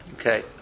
Okay